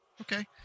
Okay